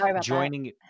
joining